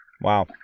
Wow